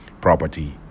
property